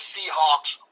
Seahawks